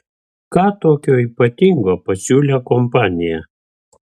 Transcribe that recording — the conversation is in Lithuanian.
ką tokio ypatingo pasiūlė kompanija